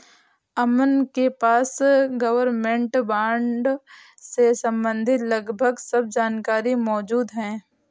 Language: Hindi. अमन के पास गवर्मेंट बॉन्ड से सम्बंधित लगभग सब जानकारी मौजूद है